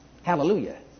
Hallelujah